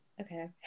Okay